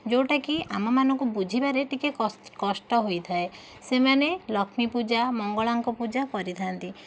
ଯେଉଁଟାକି ଆମ ମାନଙ୍କୁ ବୁଝିବାରେ ଟିକେ କଷ୍ଟ ହୋଇଥାଏ ସେମାନେ ଲକ୍ଷ୍ମୀ ପୂଜା ମଙ୍ଗଳାଙ୍କ ପୂଜା କରିଥାନ୍ତି